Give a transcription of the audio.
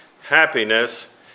happiness